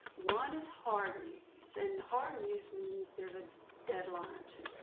one is hard news and hard news means there's a deadline to it.